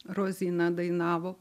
roziną dainavo